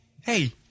hey